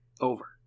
Over